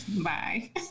Bye